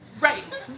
Right